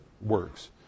works